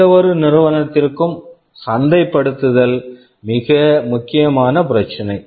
எந்தவொரு நிறுவனத்திற்கும் சந்தைப்படுத்தல் மிக முக்கியமான பிரச்சினை